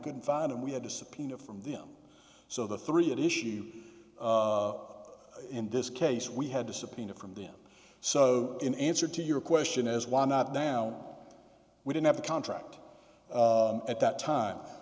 couldn't find and we had a subpoena from them so the three at issue in this case we had to subpoena from them so in answer to your question is why not now we didn't have a contract at that time